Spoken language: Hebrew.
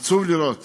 עצוב לראות